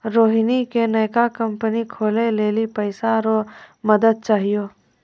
रोहिणी के नयका कंपनी खोलै लेली पैसा रो मदद चाहियो